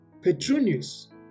Petronius